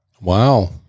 Wow